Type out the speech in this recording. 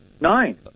Nine